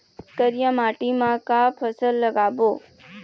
करिया माटी म का फसल लगाबो?